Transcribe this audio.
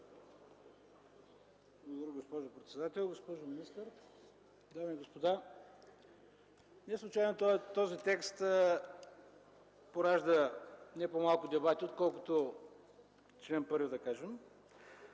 Ви, госпожо председател. Госпожо министър, дами и господа, неслучайно този текст поражда не по-малко дебати отколкото чл. 1, защото